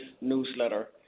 newsletter